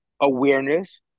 awareness